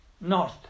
north